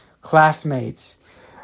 Classmates